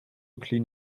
clean